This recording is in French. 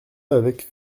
avec